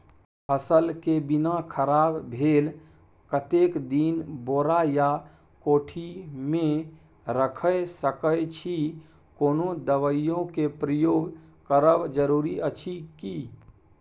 फसल के बीना खराब भेल कतेक दिन बोरा या कोठी मे रयख सकैछी, कोनो दबाईयो के प्रयोग करब जरूरी अछि की?